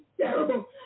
terrible